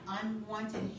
unwanted